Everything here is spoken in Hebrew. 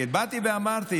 באתי ואמרתי: